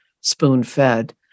spoon-fed